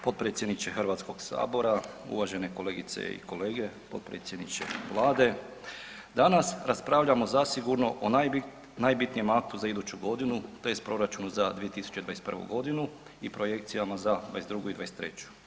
Potpredsjedniče Hrvatskog sabora, uvažene kolegice i kolege, potpredsjedniče Vlade, danas raspravljamo zasigurno o najbitnijem aktu za iduću godinu tj. proračunu za 2021. godinu i projekcijama za '22. i '23.